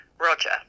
Roger